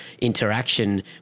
interaction